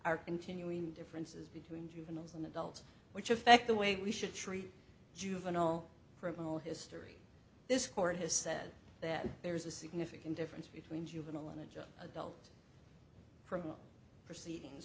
are continuing differences between juveniles and adults which affect the way we should treat juvenile criminal history this court has said that there is a significant difference between juvenile and enjoy adult criminal proceedings